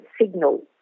signal